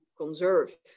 conserve